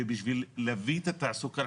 ובשביל להביא את התעסוקה,